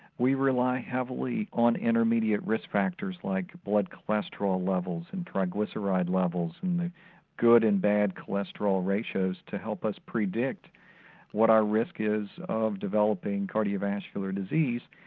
we rely heavily on intermediate risk factors like what cholesterol levels, and triglyceride levels, and the good and bad cholesterol ratios to help us predict what our risk is of developing cardiovascular disease.